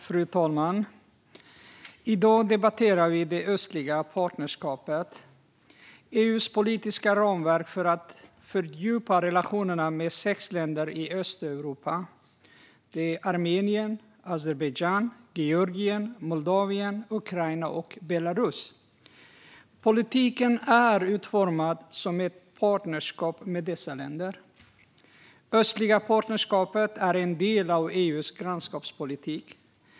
Fru talman! I dag debatterar vi det östliga partnerskapet, det vill säga EU:s politiska ramverk för att fördjupa relationerna med sex länder i Östeuropa: Armenien, Azerbajdzjan, Georgien, Moldavien, Ukraina och Belarus. Politiken är utformad som ett partnerskap med dessa länder. Det östliga partnerskapet är en del av EU:s grannskapspolitik.